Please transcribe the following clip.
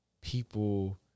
people